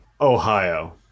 Ohio